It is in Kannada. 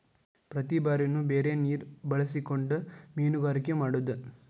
ಪ್ರತಿ ಬಾರಿನು ಬೇರೆ ನೇರ ಬಳಸಕೊಂಡ ಮೇನುಗಾರಿಕೆ ಮಾಡುದು